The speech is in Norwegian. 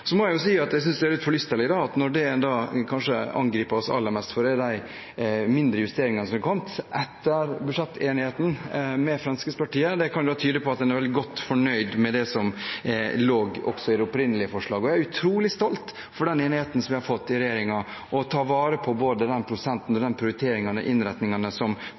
Så må jeg si at jeg synes det er litt forlystende når det en kanskje angriper oss aller mest for, er de mindre justeringene som har kommet etter budsjettenigheten med Fremskrittspartiet. Det kan da tyde på at en var veldig godt fornøyd med det som lå i det opprinnelige forslaget. Jeg er utrolig stolt over den enigheten som vi har fått i regjeringen, og at vi tar vare på både den prosenten og de prioriteringene og innretningene